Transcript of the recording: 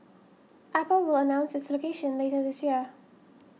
apple will announce its location later this year